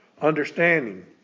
Understanding